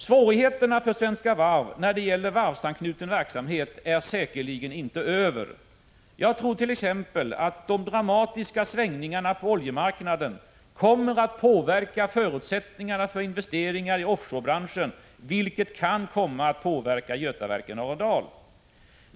Svårigheterna för Svenska Varv när det gäller varvsanknuten verksamhet är säkerligen inte över. Jag tror t.ex. att de dramatiska svängningarna på oljemarknaden kommer att påverka förutsättningarna för investeringar i offshore-branschen, vilket kan komma att påverka Götaverken Arendal.